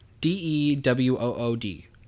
D-E-W-O-O-D